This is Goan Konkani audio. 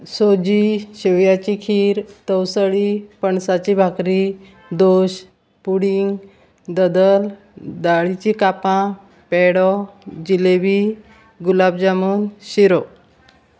सोजी शेवयाची खीर तवसळी पणसाची भाकरी दोश पुडींग दोदोल दाळीची कापां पेडो जिलेबी गुलाब जामून शिरो